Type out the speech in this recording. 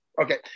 Okay